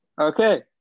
Okay